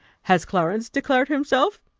has clarence declared himself?